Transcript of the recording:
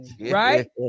right